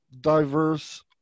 diverse